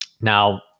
Now